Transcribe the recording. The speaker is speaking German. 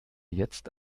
jetzt